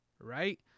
Right